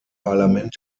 parlament